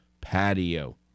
Patio